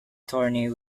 thorny